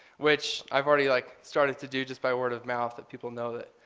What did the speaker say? which i've already like started to do just by word of mouth that people know that,